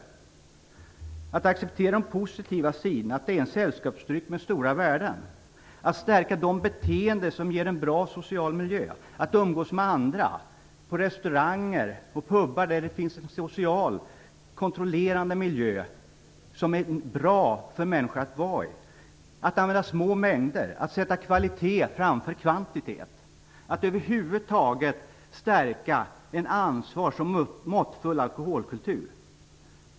Man måste acceptera de positiva sidorna, att det är en sällskapsdryck med stora värden. Man måste stärka de beteenden som ger en bra social miljö, att umgås med andra på restauranger och på pubar, där det finns en social kontrollerande miljö som är bra för människor att vara i. Man måste sätta kvalitet framför kvantitet, dvs. använda små mängder. Man måste över huvud taget stärka ansvaret för en måttfull alkoholkultur.